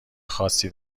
خاصی